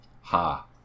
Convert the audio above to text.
Ha